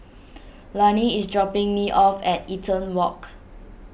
Lani is dropping me off at Eaton Walk